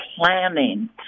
planning